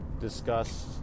discuss